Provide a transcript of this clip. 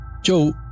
Joe